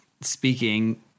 speaking